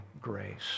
grace